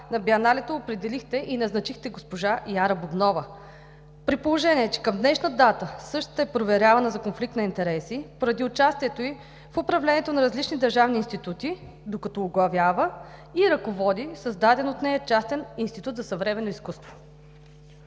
на Биеналето определихте и назначихте госпожа Яра Бубнова, при положение че към днешна дата същата е проверявана за конфликт на интереси поради участието ѝ в управлението на различни държавни институти, докато оглавява и ръководи създаден от нея частен Институт за съвременно изкуство?